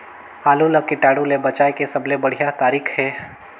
आलू ला कीटाणु ले बचाय के सबले बढ़िया तारीक हे?